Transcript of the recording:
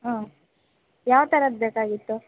ಹಾಂ ಯಾವ್ತರದ್ದು ಬೇಕಾಗಿತ್ತು